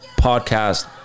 podcast